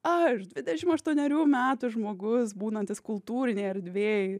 aš dvidešim aštuonerių metų žmogus būnantis kultūrinėj erdvėj